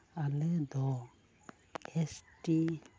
ᱟᱞᱮ ᱫᱚ S T